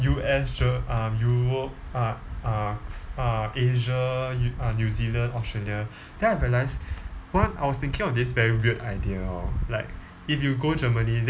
U_S ger~ uh europe uh uh uh asia uh new zealand australia then I realised what I was thinking of this very weird idea hor like if you go germany